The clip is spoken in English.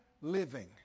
living